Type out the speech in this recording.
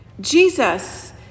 Jesus